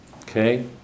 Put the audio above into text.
Okay